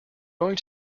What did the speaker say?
going